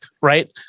right